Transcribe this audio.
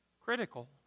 critical